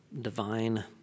divine